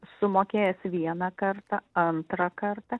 sumokėjęs vieną kartą antrą kartą